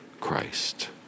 Christ